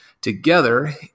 together